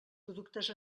productes